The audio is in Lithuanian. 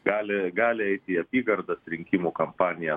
gali gali eiti į apygardas rinkimų kampaniją nosies